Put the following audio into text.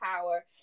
power